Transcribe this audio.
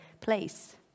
place